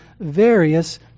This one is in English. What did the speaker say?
various